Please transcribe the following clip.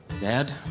Dad